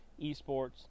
esports